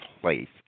place